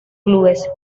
clubes